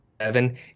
seven